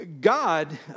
God